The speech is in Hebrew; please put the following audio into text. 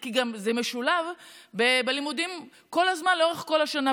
כי זה גם משולב בלימודים כל הזמן לאורך כל השנה.